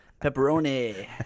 pepperoni